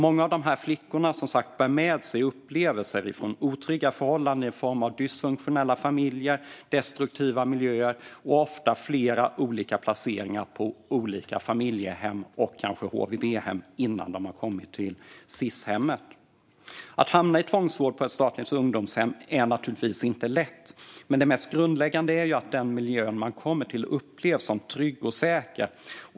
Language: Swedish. Många av dessa flickor bär med sig upplevelser av otrygga förhållanden i form av dysfunktionella familjer, destruktiva miljöer och ofta flera placeringar på olika familjehem och kanske HVB-hem innan de har kommit till Sis-hemmet. Att hamna i tvångsvård på ett statligt ungdomshem är naturligtvis inte lätt, men det mest grundläggande är att den miljö man kommer till upplevs som trygg och säker.